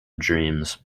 dreams